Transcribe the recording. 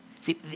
See